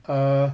err